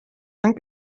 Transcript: frank